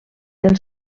del